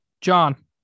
John